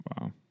Wow